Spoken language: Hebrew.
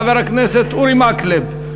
חבר הכנסת אורי מקלב,